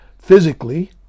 physically